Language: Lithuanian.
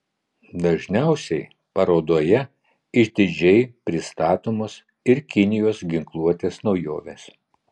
dažniausiai parodoje išdidžiai pristatomos ir kinijos ginkluotės naujovės